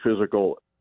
physical